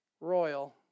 royal